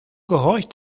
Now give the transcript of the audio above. gehorcht